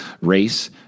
race